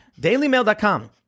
DailyMail.com